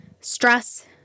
stress